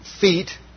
feet